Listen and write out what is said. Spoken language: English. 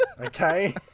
Okay